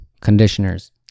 conditioners